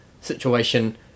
situation